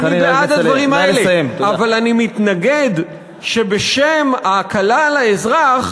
אבל אני מתנגד לכך שבשם ההקלה על האזרח